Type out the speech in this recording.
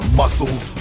muscles